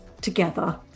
together